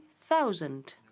thousand